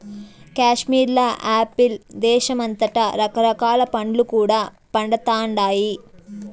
కాశ్మీర్ల యాపిల్ దేశమంతటా రకరకాల పండ్లు కూడా పండతండాయి